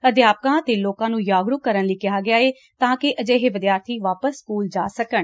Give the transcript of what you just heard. ਅਧਿਆਪਕਾਂ ਅਤੇ ਲੋਕਾਂ ਨੂੰ ਜਾਗਰੁਕ ਕਰਨ ਲਈ ਕਿਹਾ ਗਿਆ ਏ ਤਾਂਕਿ ਅਜਿਹੇ ਵਿਦਿਆਰਥੀ ਵਾਪਸ ਸਕੁਲ ਜਾ ਸਕਣ